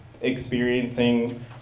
experiencing